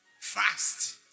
fast